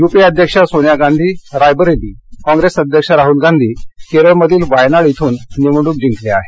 UPA अध्यक्ष सोनिया गांधी रायबरेली काँग्रेस अध्यक्ष राहुल गांधी केरळमधील वायनाड इथून निवडणूक जिंकले आहेत